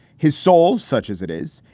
his souls, such as it is,